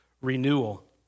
renewal